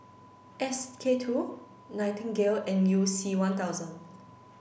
S K two Nightingale and You C one thousand